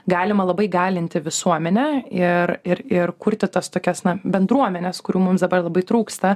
galima labai galinti visuomenę ir ir ir kurti tas tokias na bendruomenes kurių mums dabar labai trūksta